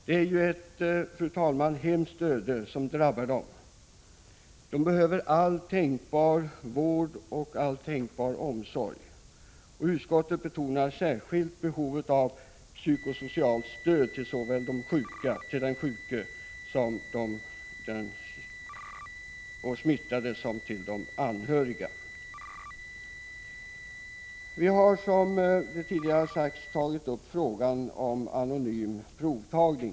Det är ju, fru talman, ett hemskt öde som drabbat dem. De behöver all tänkbar vård och all tänkbar omsorg. Utskottet betonar särskilt behovet av psyko-socialt stöd såväl till den sjuke och smittade som till de anhöriga. Vi har, som redan nämnts, tagit upp frågan om anonym provtagning.